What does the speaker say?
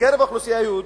בקרב האוכלוסייה היהודית,